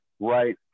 right